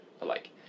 alike